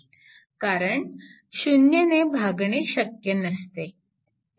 कारण 0 ने भागणे शक्य नसते